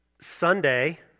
Sunday